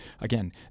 again